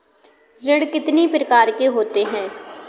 ऋण कितनी प्रकार के होते हैं?